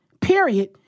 period